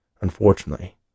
Unfortunately